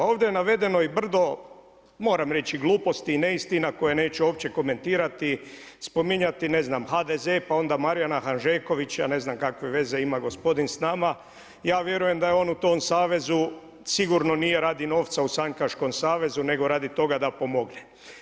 Ovdje je navedeno i brdo, moram reći gluposti i neistina koje neću uopće komentirati, spominjati HDZ pa onda Marijana Hanžekovića, ne znam kakve veze ima gospodin s nama, ja vjerujem da on u tom savezu sigurno nije radi novca u sanjkaškom savezu nego radi toga da pomogne.